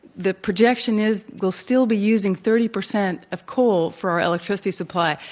the projection is we'll still be using thirty percent of coal for our electricity supply.